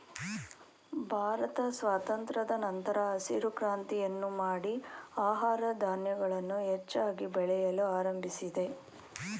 ಭಾರತ ಸ್ವಾತಂತ್ರದ ನಂತರ ಹಸಿರು ಕ್ರಾಂತಿಯನ್ನು ಮಾಡಿ ಆಹಾರ ಧಾನ್ಯಗಳನ್ನು ಹೆಚ್ಚಾಗಿ ಬೆಳೆಯಲು ಆರಂಭಿಸಿದೆ